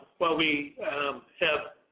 while we have,